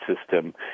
system